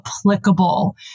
applicable